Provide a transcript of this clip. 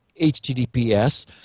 HTTPS